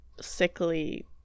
sickly